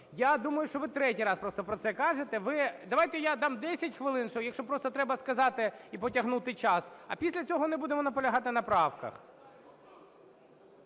Я думаю, що ви третій раз просто про це кажете. Давайте, я дам 10 хвилин, якщо просто треба сказати і потягнути час, а після цього не будемо наполягати на правках.